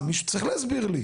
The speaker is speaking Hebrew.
מישהו צריך להסביר לי.